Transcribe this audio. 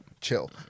Chill